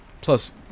plus